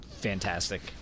fantastic